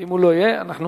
ואם הוא לא יהיה, אנחנו